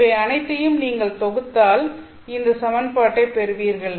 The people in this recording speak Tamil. இவை அனைத்தையும் நீங்கள் தொகுத்தால் இந்த சமன்பாட்டைப் பெறுவீர்கள்